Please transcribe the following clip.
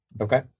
Okay